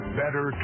better